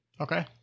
Okay